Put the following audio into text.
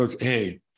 Hey